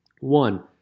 One